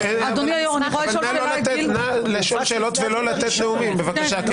אבל נא לשאול שאלות ולא לתת נאומים, בבקשה.